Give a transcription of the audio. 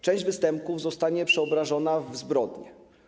Część występków zostanie przeobrażona w zbrodnie.